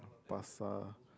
pasar